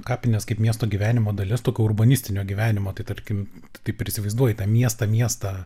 kapinės kaip miesto gyvenimo dalis tokio urbanistinio gyvenimo tai tarkim taip ir įsivaizduoji tą miestą miestą